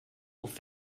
auf